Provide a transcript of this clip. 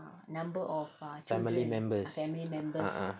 family members ah ah